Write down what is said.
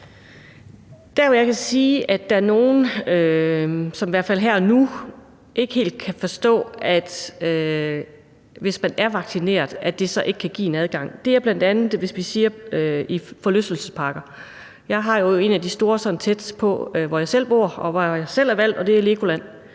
Jeg kan sige, at der er der nogle, som i hvert fald her og nu ikke helt kan forstå, at det, hvis man er vaccineret, så ikke kan give adgang. Det er bl.a. forlystelsesparker. Jeg har en af de store tæt på, hvor jeg selv bor, og hvor jeg selv er valgt, og det er LEGOLAND.